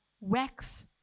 wax